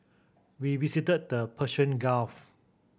we visited the Persian Gulf